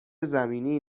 زمینی